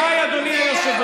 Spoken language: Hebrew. בגין לא קשור,